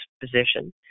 position